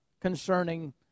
concerning